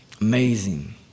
Amazing